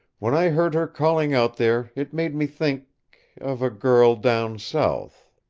when i heard her calling out there it made me think of a girl down south.